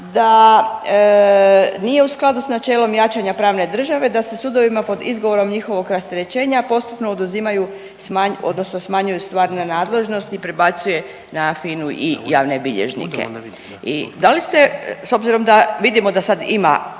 da nije u skladu s načelom jačanja pravne države da se sudovima pod izgovorom njihovog rasterećenja postupno oduzimaju odnosno smanjuju stvarna nadležnost i prebacuje na FINU i javne bilježnike. I da li ste s obzirom da vidimo da sad ima